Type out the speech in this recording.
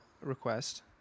request